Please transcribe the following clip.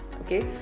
Okay